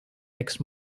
next